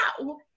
wow